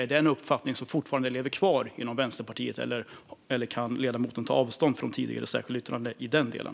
Är det en uppfattning som fortfarande lever kvar inom Vänsterpartiet, eller kan ledamoten ta avstånd från tidigare särskilda yttranden i den delen?